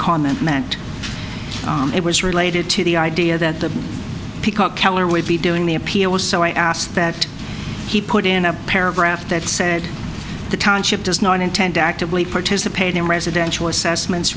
comment meant it was related to the idea that the killer would be doing the appeal so i asked that he put in a paragraph that said the township does not intend to actively participate in residential assessments